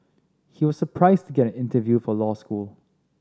he was surprised to get an interview for law school